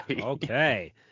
Okay